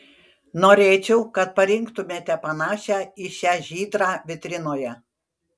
norėčiau kad parinktumėte panašią į šią žydrą vitrinoje